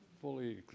fully